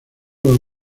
los